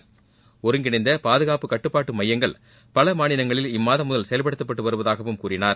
பகுதி ஒருங்கிணைந்த பாதுகாப்பு கட்டுப்பாட்டு மையங்கள் பல மாநிலங்களில் இம்மாதம் முதல் செயல்படுத்தப்பட்டு வருவதாகவும் கூறினார்